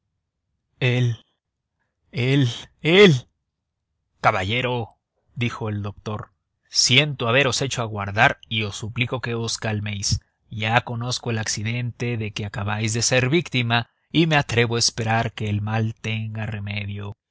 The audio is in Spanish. él él él caballero dijo el doctor siento haberos hecho aguardar y os suplico que os calméis ya conozco el accidente de que acabáis de ser víctima y me atrevo a esperar que el mal tenga remedio